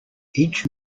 each